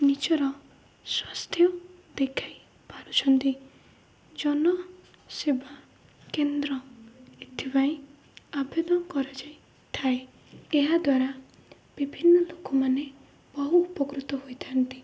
ନିଜର ସ୍ୱାସ୍ଥ୍ୟ ଦେଖାଇ ପାରୁଛନ୍ତି ଜନ ସେବା କେନ୍ଦ୍ର ଏଥିପାଇଁ ଆବେଦନ କରାଯାଇଥାଏ ଏହାଦ୍ୱାରା ବିଭିନ୍ନ ଲୋକମାନେ ବହୁ ଉପକୃତ ହୋଇଥାନ୍ତି